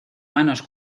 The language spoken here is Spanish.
manos